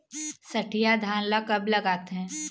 सठिया धान ला कब लगाथें?